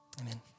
Amen